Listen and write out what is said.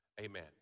Amen